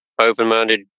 open-minded